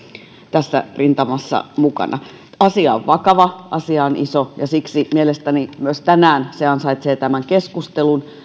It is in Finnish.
tässä rintamassa mukana asia on vakava asia on iso ja siksi mielestäni myös tänään se ansaitsee tämän keskustelun